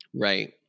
Right